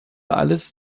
alles